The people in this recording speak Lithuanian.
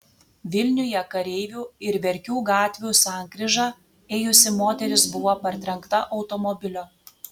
vilniuje kareivių ir verkių gatvių sankryža ėjusi moteris buvo partrenkta automobilio